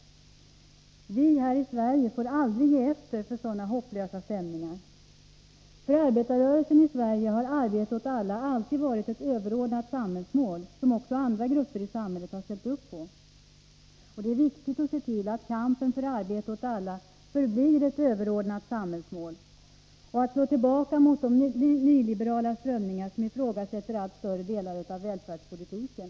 Vi här i Sverige får aldrig ge efter för sådana hopplösa stämningar. För arbetarrörelsen i Sverige har arbete åt alla alltid varit ett överordnat samhällsmål, som också andra grupper i samhället ställt upp på. Det är viktigt att se till att kampen för arbete åt alla förblir ett överordnat samhällsmål och att slå tillbaka mot de nyliberala strömningar som ifrågasätter allt större delar av välfärdspolitiken.